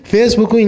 Facebook